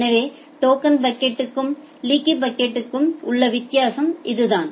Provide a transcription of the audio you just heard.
எனவே டோக்கன் பக்கெட்க்கும் லீக்கி பக்கெட்க்கும் உள்ள வித்தியாசம் இதுதான்